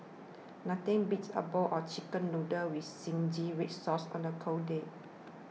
nothing beats a bowl of Chicken Noodles with Zingy Red Sauce on a cold day